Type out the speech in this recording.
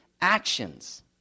actions